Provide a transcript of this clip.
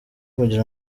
kugira